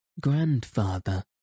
Grandfather